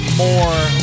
more